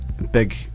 Big